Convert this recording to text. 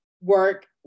work